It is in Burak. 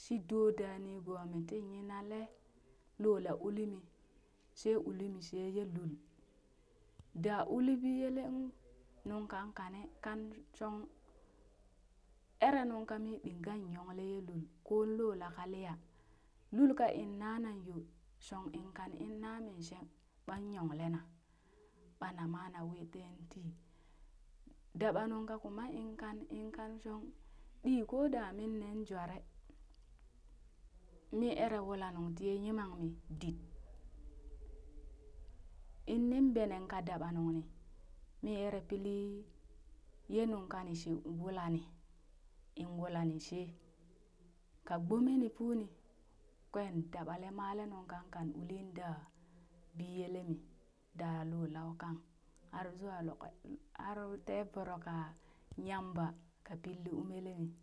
shi do da nigomi ti nyinale lola ulimi she ulimi sheye lul, da uli biyele ung nungkan kane kan shong eren nung ka mi ɗingan yongle ye lul koon lolaa kaliya, lulka in nanaŋ yo, kan inkan in namin shee, ɓan yongle naa ɓa nama na wii teen tii, dabanung ka kuma inkan inkan shong ɗi koda min nen jware mi ere wula nung tiye yimangmi dit, in nin benen ka daba nungni mi ere pili ye nungka ni sheu wulani in wulani shee ka gbome ni fuuni, kwen dabale male nungkan kan ulin da biyele mi daa lo lau kan har zuwa lok har tee voro ka yamba ka pilli umele.